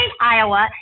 Iowa